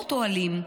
מאות אוהלים.